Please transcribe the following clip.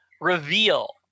reveal